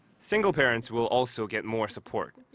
single parents will also get more support.